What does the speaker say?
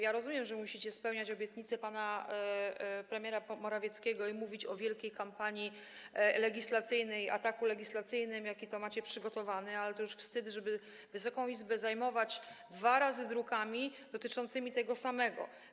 Ja rozumiem, że musicie spełniać obietnice pana premiera Morawieckiego i mówić o wielkiej kampanii legislacyjnej, ataku legislacyjnym, jaki to macie przygotowany, ale to już wstyd, żeby Wysoką Izbę zajmować dwa razy drukami dotyczącymi tego samego.